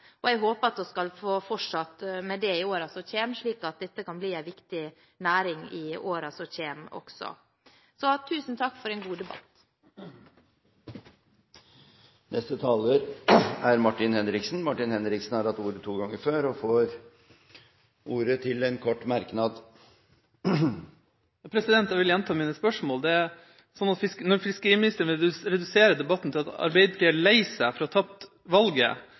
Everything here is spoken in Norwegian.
og jeg håper at vi skal fortsette med det, slik at dette kan bli en viktig næring også i årene som kommer. Tusen takk for en god debatt! Representanten Martin Henriksen har hatt ordet to ganger tidligere og får ordet til en kort merknad, begrenset til 1 minutt. Jeg vil gjenta mine spørsmål. Fiskeriministeren vil redusere debatten til at Arbeiderpartiet er lei seg for å ha tapt valget,